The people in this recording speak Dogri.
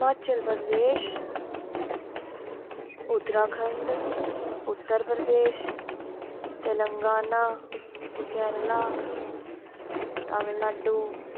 हिमाचल प्रदेश उतराखण्ड उतर प्रदेश तेलंगाना कैरला तामिनाडु